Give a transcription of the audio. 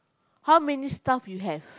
how many staff you have